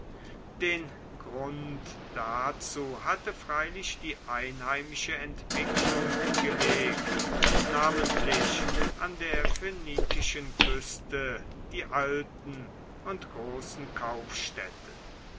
den grund dazu hatte freilich die einheimische entwicklung gelegt namentlich an der phönikischen küste die alten und großen